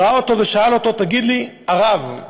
ראה אותו ושאל אותו: תגיד לי, הרב,